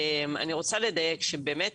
אני רוצה לדייק, באמת